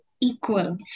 equal